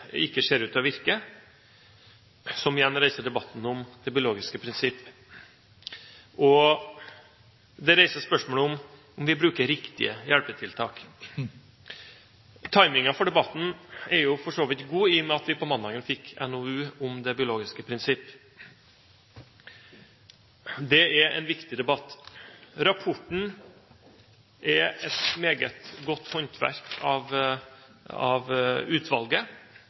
ikke ser ut til å virke? Og det igjen reiser debatten om det biologiske prinsipp. Det reiser spørsmålet om vi bruker riktige hjelpetiltak. Timingen for debatten er for så vidt god, i og med at vi på mandag fikk en NOU om det biologiske prinsipp. Det er en viktig debatt. Rapporten er et meget godt håndverk fra utvalget,